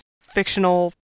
fictional